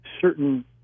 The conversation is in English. certain